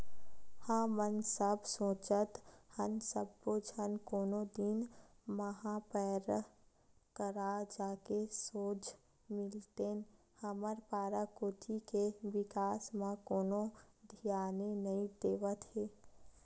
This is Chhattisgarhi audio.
हमन सब सोचत हन सब्बो झन कोनो दिन महापौर करा जाके सोझ मिलतेन हमर पारा कोती के बिकास म कोनो धियाने नइ देवत हे